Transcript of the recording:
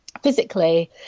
Physically